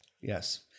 yes